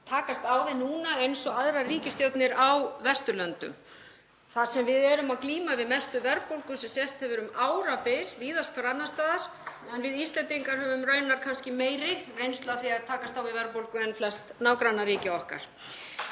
takast á við núna eins og aðrar ríkisstjórnir á Vesturlöndum. Við erum að glíma við mestu verðbólgu sem sést hefur um árabil víðast hvar annars staðar, en við Íslendingar höfum kannski meiri reynslu af því að takast á við verðbólgu en flest nágrannaríki okkar.